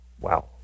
wow